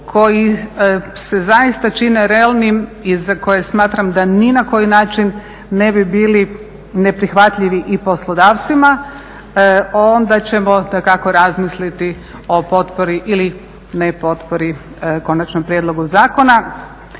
koji se zaista čine realni i za koje smatram da ni na koji način ne bi bili neprihvatljivi i poslodavcima, onda ćemo dakako razmisliti o potpori ili nepotpori konačnom prijedlogu zakona.